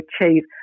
achieve